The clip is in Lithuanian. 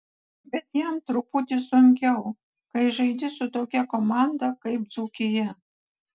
bet jam truputį sunkiau kai žaidi su tokia komanda kaip dzūkija